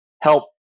help